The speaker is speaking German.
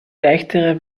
leichtere